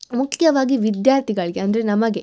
ಮುಖ್ಯವಾಗಿ ವಿದ್ಯಾರ್ಥಿಗಳಿಗೆ ಅಂದರೆ ನಮಗೆ